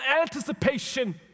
anticipation